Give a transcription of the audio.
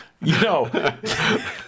No